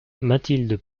mathilde